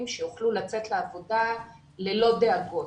כדי שיוכלו לצאת לעבודה ללא דאגות.